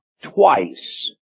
twice